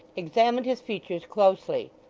examined his features closely.